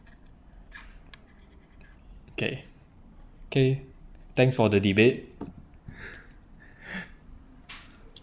kay kay thanks for the debate